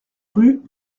rue